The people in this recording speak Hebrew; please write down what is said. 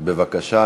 בבקשה.